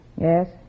Yes